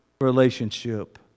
relationship